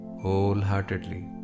wholeheartedly